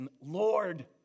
Lord